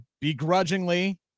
begrudgingly